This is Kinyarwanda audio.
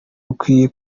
rukwiye